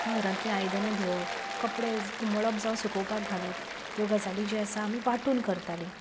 घरांतली आयदनां धुवप कपडे उमळप जावं सुकोवपाक घालप ह्यो गजाली ज्यो आसा आमी वाटून करतालीं